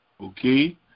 okay